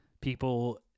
people